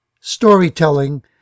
storytelling